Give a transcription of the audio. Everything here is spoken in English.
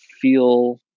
feel